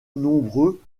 nombreux